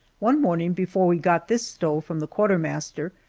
one morning, before we got this stove from the quartermaster,